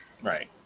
Right